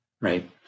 Right